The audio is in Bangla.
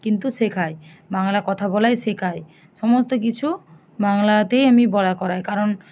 কিন্তু শেখাই বাংলা কথা বলাই শেখাই সমস্ত কিছু বাংলাতেই আমি বলা করাই কারণ